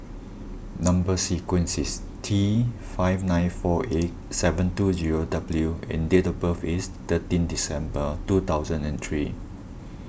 Number Sequence is T five nine four eight seven two zero W and date of birth is thirteen December two thousand and three